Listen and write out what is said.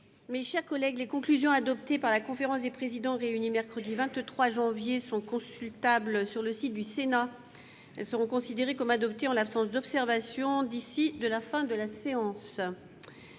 est reprise. Les conclusions adoptées par la conférence des présidents réunie mercredi 23 janvier 2019 sont consultables sur le site du Sénat. Elles seront considérées comme adoptées en l'absence d'observations d'ici à la fin de la séance.